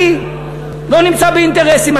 אני לא נמצא באינטרסים.